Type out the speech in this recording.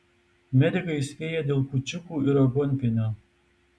medikai įspėja dėl kūčiukų ir aguonpienio